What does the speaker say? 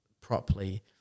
properly